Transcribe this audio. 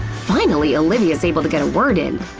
finally! olivia's able to get a word in!